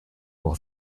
will